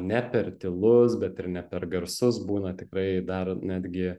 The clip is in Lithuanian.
ne per tylus bet ir ne per garsus būna tikrai dar netgi